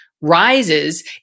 rises